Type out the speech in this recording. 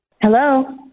Hello